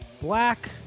Black